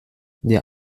der